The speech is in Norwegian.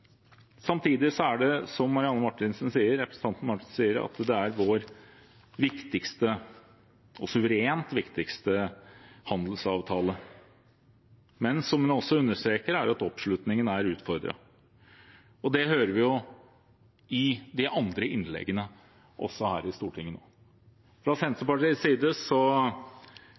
Samtidig er dette, som representanten Marianne Marthinsen sier, vår suverent viktigste handelsavtale, men som hun også understreker, er oppslutningen utfordret. Det hører vi også i de andre innleggene her i Stortinget. Fra Senterpartiets side